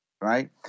right